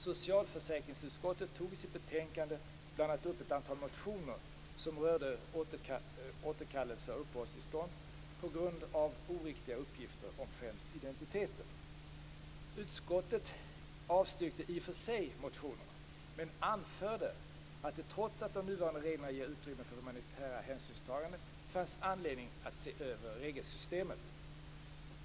Socialförsäkringsutskottet tog i sitt betänkande 1996/97:SfU5 bl.a. upp ett antal motioner som rörde återkallelse av uppehållstillstånd på grund av oriktiga uppgifter om främst identiteten. Utskottet avstyrkte i och för sig motionerna men anförde att det trots att de nuvarande reglerna ger utrymme för humanitära hänsynstaganden fanns anledning att se över regelsystemet.